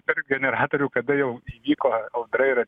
pirkt generatorių kada jau įvyko audra